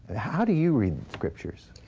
how do you read the scriptures?